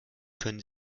können